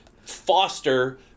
Foster